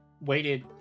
waited